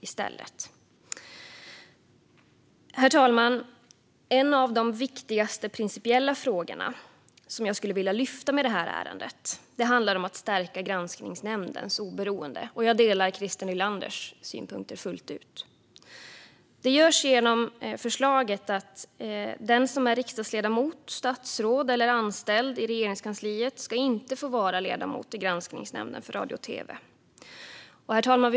Herr talman! En av de viktigaste principiella frågorna jag skulle vilja lyfta fram med det här ärendet är att stärka granskningsnämndens oberoende. Jag delar Christer Nylanders synpunkter fullt ut. Det görs genom förslaget att den som är riksdagsledamot, statsråd eller anställd i Regeringskansliet inte ska få vara ledamot i granskningsnämnden för radio och tv. Herr talman!